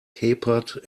capered